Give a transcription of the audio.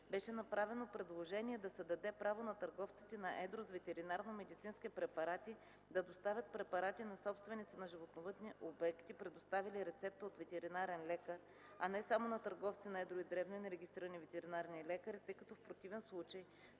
Беше направено предложение да се даде право на търговците на едро с ветеринарномедицински препарати да доставят препарати на собственици на животновъдни обекти, представили рецепта от ветеринарен лекар, а не само на търговци на едро и дребно и на регистрирани ветеринарни лекари, тъй като в противен случай